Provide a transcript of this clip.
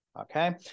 okay